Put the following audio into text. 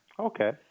Okay